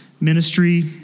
ministry